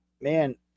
man